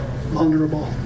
vulnerable